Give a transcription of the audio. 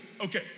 Okay